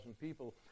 people